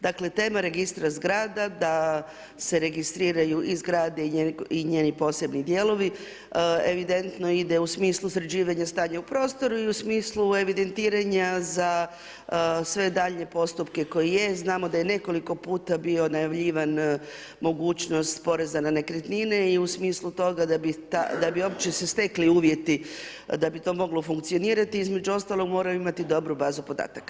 Dakle, tema registra zgrada da se registriraju i zgrade i njeni posebni dijelovi evidentno ide u smislu sređivanja stanja u prostoru i u smislu evidentiranja za sve daljnje postupke koji je znamo da je nekoliko puta bio najavljivan mogućnost poreza na nekretnine i u smislu toga da bi, opće se stekli uvjeti da bi to moglo funkcionirati, između ostalog moraju imati dobru bazu podataka.